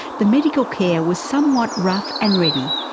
the medical care was somewhat rough and ready.